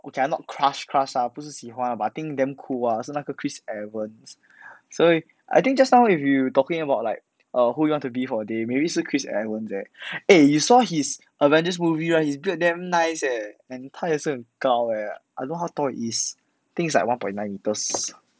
okay lah not crush crush 不是喜欢 but think damn cool ah 是那个 chris evans 所以 I think just now if you talking about like err who do you want to be for a day maybe 是 chris evans then eh you saw his avengers movie right his glutes damn nice leh and 他也是很高 eh I don't know how tall he is think is like one point nine metres